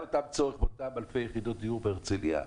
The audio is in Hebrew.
אותו צורך באלפי יחידות דיור בהרצליה,